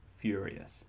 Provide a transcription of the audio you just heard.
furious